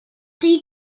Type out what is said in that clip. chi